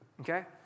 Okay